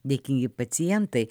dėkingi pacientai